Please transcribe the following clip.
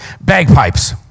bagpipes